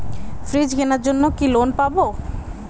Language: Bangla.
ফ্রিজ কেনার জন্য কি লোন পাব?